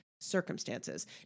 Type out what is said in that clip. circumstances